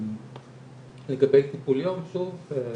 לגבי טיפול יום, שוב,